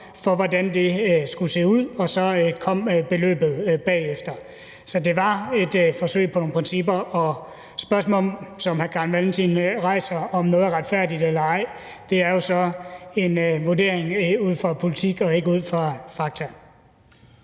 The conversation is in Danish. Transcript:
for, hvordan det skulle se ud, og så kom beløbet bagefter. Så det var et forsøg på at lave nogle principper. Og i forhold til spørgsmålet, som hr. Carl Valentin rejser, om, om noget er retfærdigt eller ej, vil jeg sige, at det jo så er en vurdering ud fra politik og ikke ud fra fakta.